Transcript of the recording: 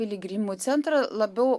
piligrimų centrą labiau